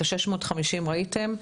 את ה-650 ראיתם,